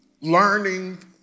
learning